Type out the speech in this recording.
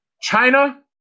China